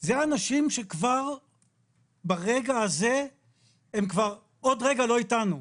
זה אנשים שברגע הזה הם כבר עוד רגע לא איתנו.